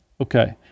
Okay